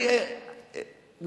די, די.